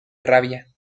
rabia